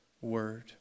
Word